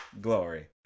Glory